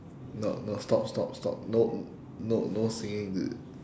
no no stop stop stop no n~ no no singing